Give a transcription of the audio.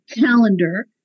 calendar